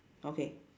okay